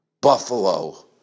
Buffalo